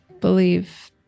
believe